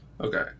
Okay